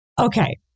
Okay